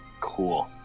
Cool